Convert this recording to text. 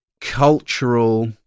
cultural